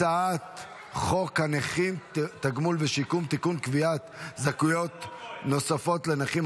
הצעת חוק הנכים (תגמולים ושיקום) (תיקון - קביעת זכאויות נוספות לנכים),